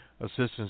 assistance